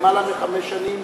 למעלה מחמש שנים,